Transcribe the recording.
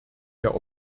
der